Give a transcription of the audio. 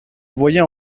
voyais